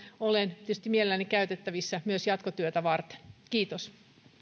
olen tietysti mielelläni käytettävissä myös jatkotyötä varten kiitos